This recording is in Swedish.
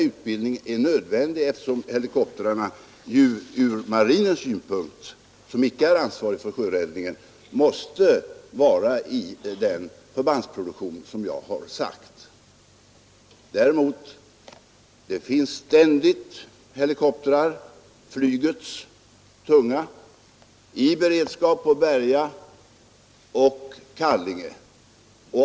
Utbildningen är nödvändig, eftersom helikoptrarna ur marinens synpunkt — och marinen är icke ansvarig för sjöräddningen — måste vara i den förbandsproduktion som jag har talat om. Däremot finns ständigt tunga helikoptrar i beredskap vid Berga och Kallinge.